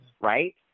Right